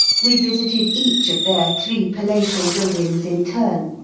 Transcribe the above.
we visited each of their three palatial buildings in turn,